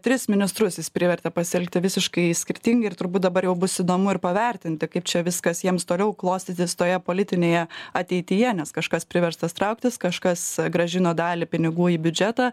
tris ministrus jis privertė pasielgti visiškai skirtingai ir turbūt dabar jau bus įdomu ir pavertinti kaip čia viskas jiems toliau klostytis toje politinėje ateityje nes kažkas priverstas trauktis kažkas grąžino dalį pinigų į biudžetą